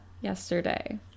yesterday